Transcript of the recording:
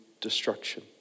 destruction